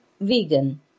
vegan